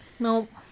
Nope